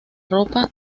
ropa